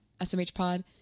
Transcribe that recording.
smhpod